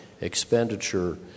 expenditure